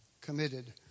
committed